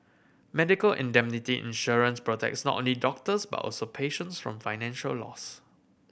medical indemnity insurance protects not only doctors but also patients from financial loss